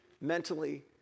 mentally